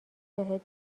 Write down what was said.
بهت